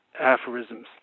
aphorisms